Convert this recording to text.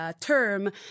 term